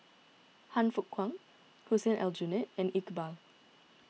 Han Fook Kwang Hussein Aljunied and Iqbal